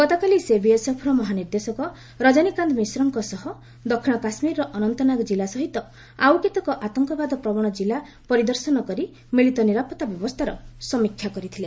ଗତକାଲି ସେ ବିଏସ୍ଏଫ୍ର ମହାନିର୍ଦ୍ଦେଶକ ରଜନୀକାନ୍ତ ମିଶ୍ରଙ୍କ ସହ ଦକ୍ଷିଣ କାଶ୍କୀରର ଅନନ୍ତନାଗ କିଲ୍ଲା ସହିତ ଆଉ କେତେକ ଆତଙ୍କବାଦ ପ୍ରବଣ ଜିଲ୍ଲ ପରିଦର୍ଶନ କରି ମିଳିତ ନିରାପତ୍ତା ବ୍ୟବସ୍ଥାର ସମୀକ୍ଷା କରିଥିଲେ